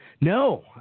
No